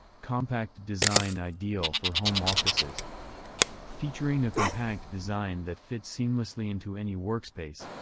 compact design ideal for home offices featuring a compact design that fits seamlessly into any workspace,